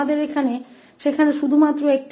हमारे पास केवल एक 𝑥 होगा और cxs